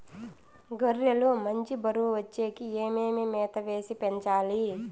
గొర్రె లు మంచి బరువు వచ్చేకి ఏమేమి మేత వేసి పెంచాలి?